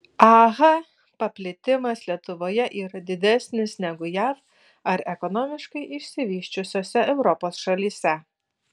ah paplitimas lietuvoje yra didesnis negu jav ar ekonomiškai išsivysčiusiose europos šalyse